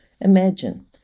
Imagine